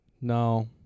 No